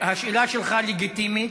השאלה שלך לגיטימית,